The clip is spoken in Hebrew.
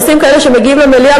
נושאים כאלה שמגיעים למליאה,